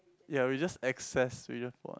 ya we just access